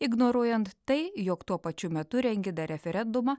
ignoruojant tai jog tuo pačiu metu rengi dar referendumą